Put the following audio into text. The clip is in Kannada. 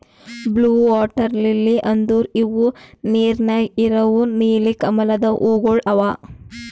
ಬ್ಲೂ ವಾಟರ್ ಲಿಲ್ಲಿ ಅಂದುರ್ ಇವು ನೀರ ನ್ಯಾಗ ಇರವು ನೀಲಿ ಕಮಲದ ಹೂವುಗೊಳ್ ಅವಾ